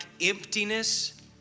emptiness